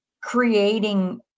creating